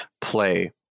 play